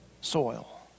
soil